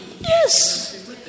Yes